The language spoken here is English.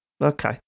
Okay